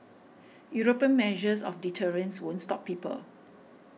European measures of deterrence won't stop people